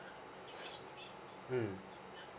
mm